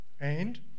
and